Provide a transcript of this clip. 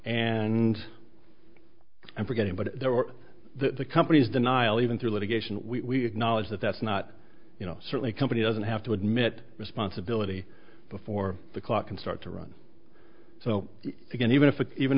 and i'm forgetting but there were the companies denial even through litigation we knowledge that that's not you know certainly company doesn't have to admit responsibility before the clock can start to run so again even if it even